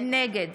נגד